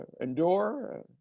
endure